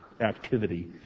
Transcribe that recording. activity